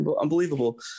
unbelievable